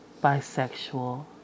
bisexual